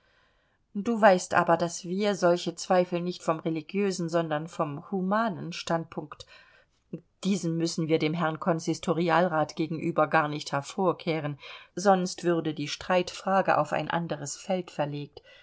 du weißt aber daß wir solche zweifel nicht vom religiösen sondern vom humanen standpunkt diesen müssen wir dem herrn konsistorialrat gegenüber gar nicht hervorkehren sonst würde die streitfrage auf ein anderes feld verlegt